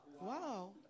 Wow